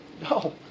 No